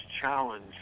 challenge